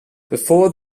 before